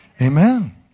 Amen